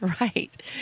Right